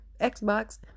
Xbox